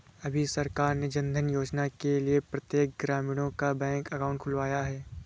अभी सरकार ने जनधन योजना के लिए प्रत्येक ग्रामीणों का बैंक अकाउंट खुलवाया है